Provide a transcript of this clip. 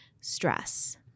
stress